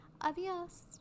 adios